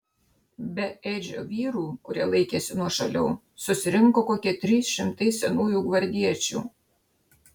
be edžio vyrų kurie laikėsi nuošaliau susirinko kokie trys šimtai senųjų gvardiečių